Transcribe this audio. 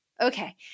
okay